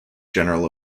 general